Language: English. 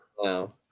No